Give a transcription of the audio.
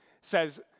says